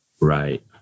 Right